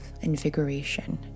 invigoration